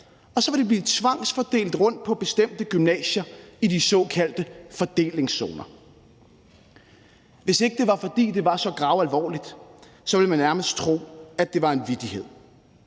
og så vil de blive tvangsfordelt rundt på bestemte gymnasier i de såkaldte fordelingszoner. Hvis ikke det var, fordi det var så gravalvorligt, så ville man nærmest tro, at det var en vittighed.